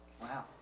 Wow